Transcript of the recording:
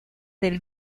del